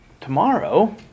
tomorrow